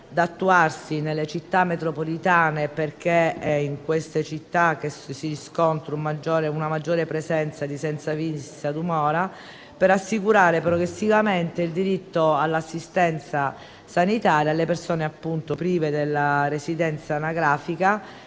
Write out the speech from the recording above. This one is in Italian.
da attuarsi nelle Città metropolitane - è in queste città che si riscontra una maggiore presenza di senza fissa dimora - per assicurare progressivamente il diritto all'assistenza sanitaria alle persone prive della residenza anagrafica